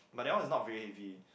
but that one is not very heavy